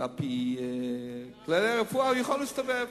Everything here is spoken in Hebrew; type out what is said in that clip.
לפי כללי הרפואה הוא יכול להסתובב.